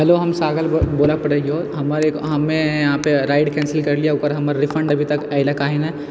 hello हमे सागर बोलऽ पड़ै हयौ हमे यहाँ पर राइड कैंसिल करेलियै ओकर हमरा रिफण्ड अभी तक अयलै काहे नै